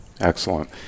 excellent